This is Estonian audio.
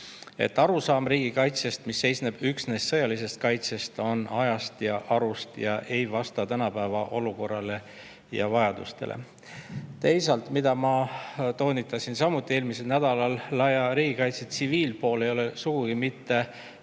nagu riigikaitse seisneks üksnes sõjalises kaitses, on ajast ja arust ega vasta tänapäeva olukorrale ja vajadustele. Teisalt, ma toonitasin samuti eelmisel nädalal, et laia riigikaitse tsiviilpool ei ole sugugi mitte